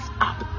up